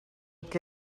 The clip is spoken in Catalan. que